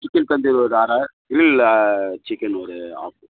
chicken tandoori ஒரு அரை கிரில்லில் சிக்கன் ஒரு ஆஃபு